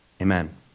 amen